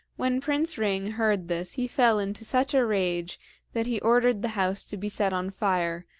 when prince ring heard this he fell into such a rage that he ordered the house to be set on fire,